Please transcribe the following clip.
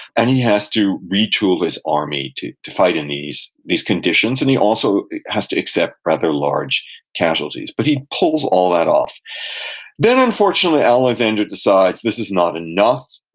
and he has to retool his army to to fight in these these conditions, and he also has to accept rather large casualties. but he pulls all that off then, unfortunately, alexander decides this is not enough.